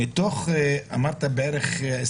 אמרת שמתוך הבקשות,